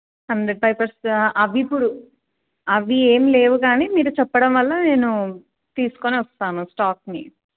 hundred Pipers అవి ఇప్పుడు అవి ఏమి లేవు కానీ మీరు చెప్పడం వల్ల నేను తీసుకుని వస్తాను స్టాక్ని